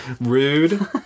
Rude